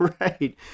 Right